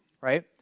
right